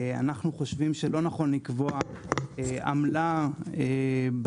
אנחנו חושבים שלא נכון לקבוע עמלה בחקיקה,